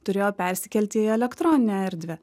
turėjo persikelti į elektroninę erdvę